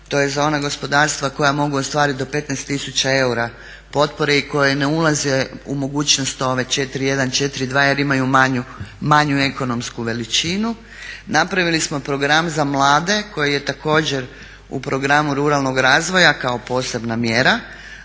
To je za ona gospodarstva koja mogu ostvariti do 15 tisuća eura potpore i koji ne ulaze u mogućnost ove 4.1., 4.2. jer imaju manju ekonomsku veličinu. Napravili smo program za mlade koji je također u programu ruralnog razvoja kao posebna mjera,